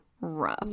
rough